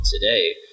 today